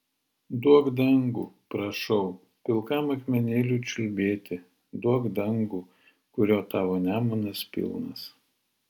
duok dangų prašau pilkam akmenėliui čiulbėti duok dangų kurio tavo nemunas pilnas